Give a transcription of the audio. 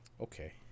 Okay